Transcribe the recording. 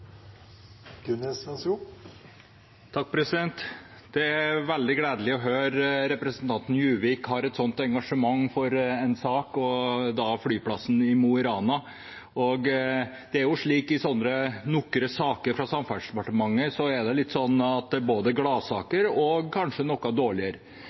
Det er veldig gledelig å høre representanten Juvik ha et sånt engasjement for en sak, og da flyplassen i Mo i Rana. I «nokre saker» fra Samferdselsdepartementet er det litt sånn at det er både gladsaker og kanskje noen dårligere.